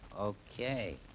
Okay